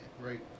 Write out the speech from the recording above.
right